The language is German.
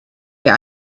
der